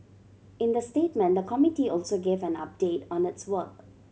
in the statement the committee also gave an update on its work